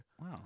Wow